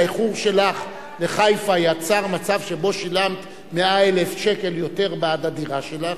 האיחור שלך לחיפה יצר מצב שבו שילמת 100,000 שקל יותר בעד הדירה שלך,